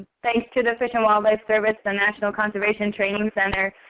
thanks to the fish and wildlife service, the national conservation training center,